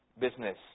business